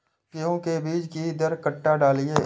गेंहू के बीज कि दर कट्ठा डालिए?